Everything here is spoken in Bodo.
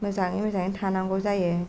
मोजाङै थानांगौ जायो